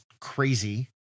crazy